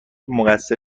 مقصر